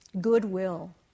goodwill